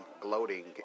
Gloating